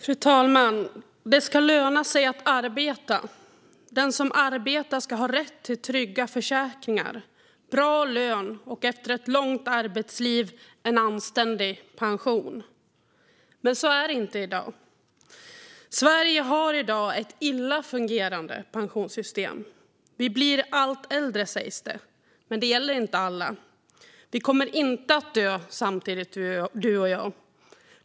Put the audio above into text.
Fru talman! Det ska löna sig att arbeta. Den som arbetar ska ha rätt till trygga försäkringar, bra lön och, efter ett långt arbetsliv, en anständig pension. Men så är det inte i dag. Sverige har i dag ett illa fungerande pensionssystem. Vi blir allt äldre, sägs det. Men det gäller inte alla. Vi kommer inte att dö samtidigt, du och jag.